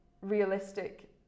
realistic